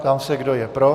Ptám se, kdo je pro.